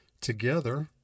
together